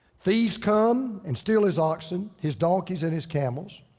thieves come and steal his oxen, his donkeys and his camels.